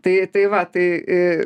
tai tai va tai